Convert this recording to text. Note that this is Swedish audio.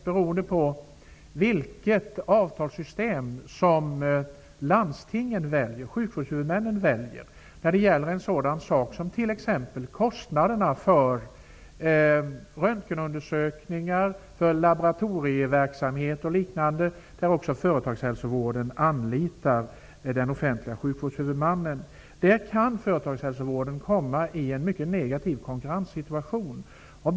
Det beror på vilket avtalssystem som sjukvårdshuvudmännen, landstingen, väljer när det gäller sådant som t.ex. kostnaderna för röntgenundersökningar, laboratorieverksamhet osv., där också företagshälsovården anlitar den offentliga sjukvårdshuvudmannen. Företagshälsovården kan där komma i en mycket negativ konkurrenssituation.